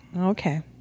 Okay